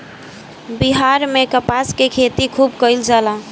बिहार में कपास के खेती खुब कइल जाला